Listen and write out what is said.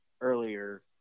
earlier